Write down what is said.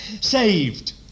saved